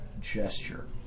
gesture